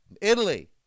Italy